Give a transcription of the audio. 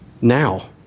now